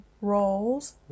roles